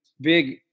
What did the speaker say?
big